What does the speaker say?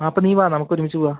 ആ അപ്പ നീ വാ നമുക്ക് ഒരുമിച്ച് പോകാം